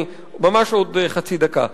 ממש עוד חצי דקה.